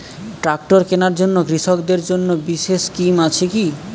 Tractor কেনার জন্য কৃষকদের জন্য বিশেষ স্কিম আছে কি?